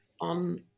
on